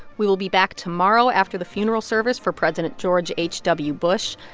we will be back tomorrow after the funeral service for president george h w. bush.